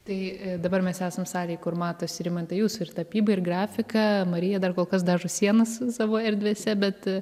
tai dabar mes esam salėj kur matosi rimantai jūsų ir tapyba ir grafika marija dar kol kas dažo sienas savo erdvėse bet